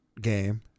game